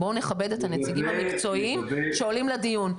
בואו נכבד את הנציגים המקצועיים שעולים לדיון.